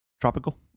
Tropical